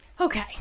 Okay